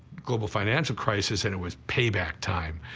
global financial crisis, and it was payback time.